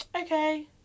okay